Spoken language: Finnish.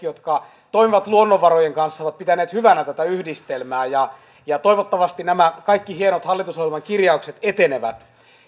jotka toimivat luonnonvarojen kanssa ovat pitäneet hyvänä tätä yhdistelmää ja ja toivottavasti nämä kaikki hienot hallitusohjelmakirjaukset etenevät